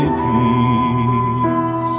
peace